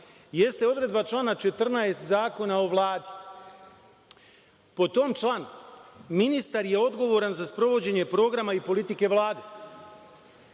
jeste odredba člana 14. Zakona o Vladi. Po tom članu, ministar je odgovoran za sprovođenje programa i politike Vlade.